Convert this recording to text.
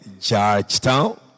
Georgetown